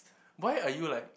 why are you like